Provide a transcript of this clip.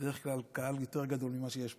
בדרך כלל הקהל יותר גדול ממה שיש פה.